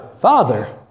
Father